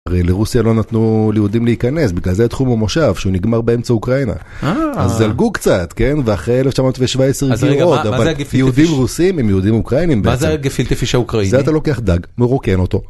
הרי לרוסיה לא נתנו ליהודים להיכנס, בגלל זה "תחום המושב", שהוא נגמר באמצע אוקראינה. אה... זלגו קצת, כן? ואחרי 1917 הציעו עוד, אבל יהודים ורוסים עם יהודים ואוקראינים בעצם. מה זה הגפילטפיש האוקראיני? זה אתה לוקח דג, מרוקן אותו.